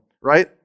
right